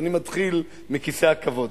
ואני מתחיל מכיסא הכבוד,